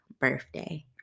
birthday